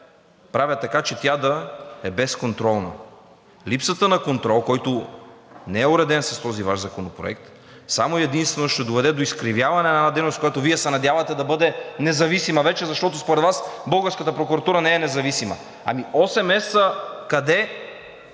правят така, че тя да е безконтролна. Липсата на контрол, който не е уреден с този Ваш Законопроект само и единствено ще доведе до изкривяване на една дейност, която Вие се надявате да бъде независима вече, защото според Вас българската прокуратура не е независима. Ами осем месеца къде